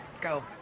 go